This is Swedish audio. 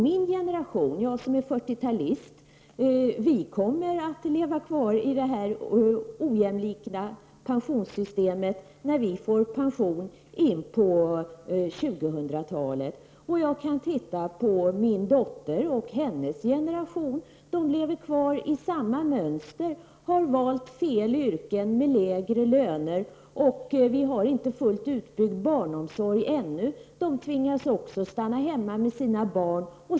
Min generation, fyrtiotalisterna, kommer att leva kvar i det här ojämlika pensionssystemet när vi får pension in på 2000-talet. Jag kan titta på min dotter och hennes generation. De lever kvar i samma mönster. De har valt fel yrken med låga löner. Vi har inte fullt utbyggd barnomsorg ännu. De tvingas också att stanna hemma med sina barn.